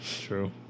True